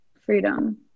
freedom